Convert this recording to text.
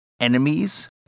enemies